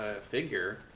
figure